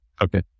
Okay